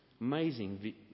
amazing